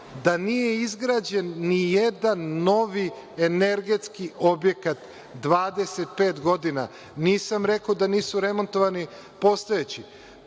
da nije izgrađen nijedan novi energetski objekat 25 godina. Nisam rekao da nisu remontovani postojeći.